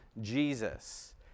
Jesus